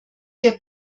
der